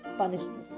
punishment